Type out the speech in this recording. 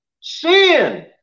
sin